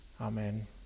Amen